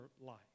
life